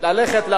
תודה רבה.